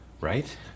right